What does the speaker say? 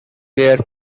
were